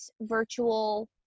virtual